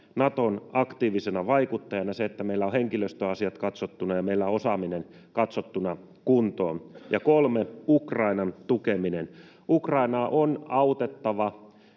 Naton aktiivisena vaikuttajana, se, että meillä on henkilöstöasiat katsottuina ja meillä on osaaminen katsottuna kuntoon, ja 3) Ukrainan tukeminen. Ukrainaa on autettava.